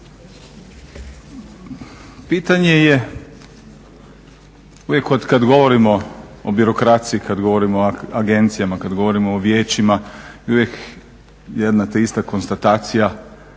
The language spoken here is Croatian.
Pitanje je uvijek od kada govorimo o birokraciji, kada govorimo o agencijama, kada govorimo o vijećima i uvijek jedno te ista konstatacija